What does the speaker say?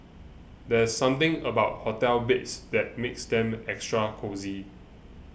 there's something about hotel beds that makes them extra cosy